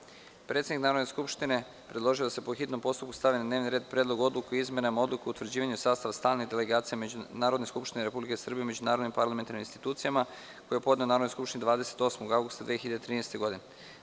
Predsednik Narodne skupštine, narodni poslanik dr Nebojša Stefanović, predložio je da se po hitnom postupku stavi na dnevni red Predlog odluke o izmenama Odluke o utvrđivanju sastava stalnih delegacija Narodne skupštine Republike Srbije u međunarodnim parlamentarnim institucijama, koji je podneo Narodnoj skupštini 28. avgusta 2013. godine.